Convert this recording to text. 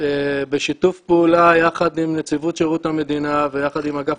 בשיתוף פעולה יחד עם נציבות שירות המדינה ויחד עם אגף